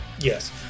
Yes